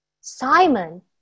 Simon